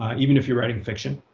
even if you're writing fiction.